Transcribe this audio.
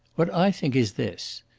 what i think is this.